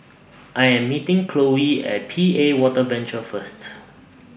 I Am meeting Chloe At P A Water Venture First